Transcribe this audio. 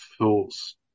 thoughts